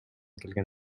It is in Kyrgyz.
келген